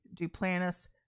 Duplantis